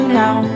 now